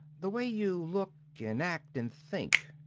the way you look and act and think.